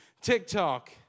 TikTok